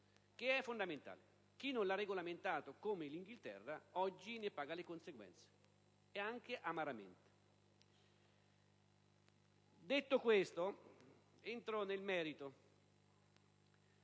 ciò è fondamentale. Chi non l'ha regolamentato, come ad esempio l'Inghilterra, oggi ne paga le conseguenze, ed anche amaramente. Detto questo, entro nel merito